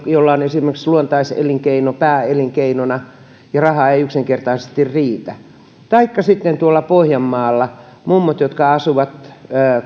jolla on esimerkiksi luontaiselinkeino pääelinkeinona ja raha ei yksinkertaisesti riitä taikka sitten pohjanmaalla mummot jotka asuvat